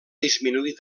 disminuir